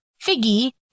Figgy